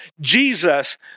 Jesus